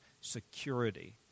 security